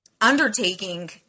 undertaking